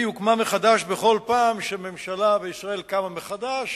והיא הוקמה מחדש בכל פעם שממשלה בישראל קמה מחדש.